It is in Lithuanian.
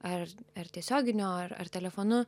ar ar tiesioginiu ar telefonu